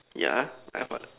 yeah have what